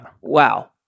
Wow